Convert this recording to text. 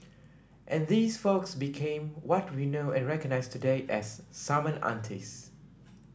and these folks became what we know and recognise today as summon aunties